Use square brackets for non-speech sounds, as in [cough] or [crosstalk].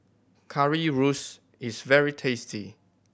[unintelligible] is very tasty